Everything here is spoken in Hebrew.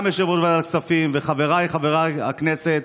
גם ליושב-ראש ועדת הכספים ולחבריי חברי הכנסת